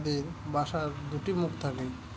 তাদের বাসার দুটি মুখ থাকে